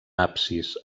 absis